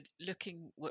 looking